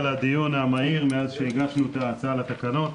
על הדיון המהיר מאז שהגשנו את ההצעה לתקנות.